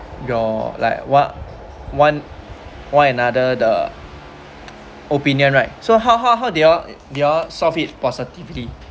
your like what one one another the opinion right so how how how do you all do you all solve it positively